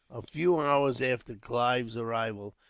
a few hours after clive's arrival,